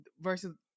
versus